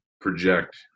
project